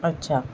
अच्छा